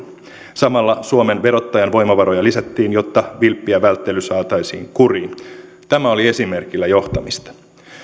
samalla suomen verottajan voimavaroja lisättiin jotta vilppi ja välttely saataisiin kuriin tämä oli esimerkillä johtamista